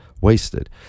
wasted